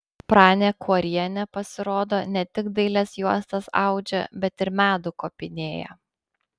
pranė kuorienė pasirodo ne tik dailias juostas audžia bet ir medų kopinėja